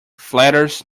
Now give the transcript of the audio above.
flatters